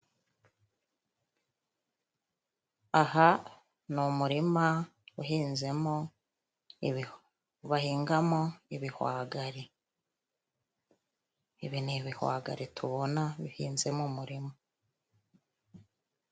Aha ni umurima uhinzemo, bahingamo ibihwagari. Ibi ni ibihwagari tubona bihinze mu murima.